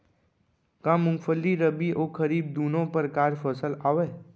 का मूंगफली रबि अऊ खरीफ दूनो परकार फसल आवय?